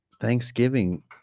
thanksgiving